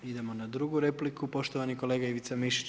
Idemo na drugu repliku, poštovani kolega Ivica Mišić.